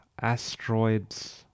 asteroids